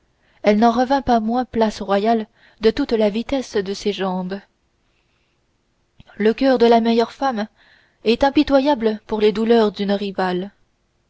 elle n'en revint pas moins place royale de toute la vitesse de ses jambes le coeur de la meilleure femme est impitoyable pour les douleurs d'une rivale